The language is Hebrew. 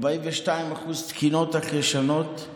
42% תקינות אך ישנות,